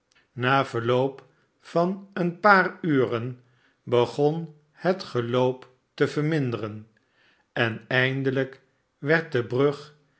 na verloop van een paar uren begon het geloop te verminderen en eindelijk werd de brug